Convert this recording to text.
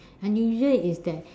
unusual is that